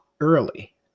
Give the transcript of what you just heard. early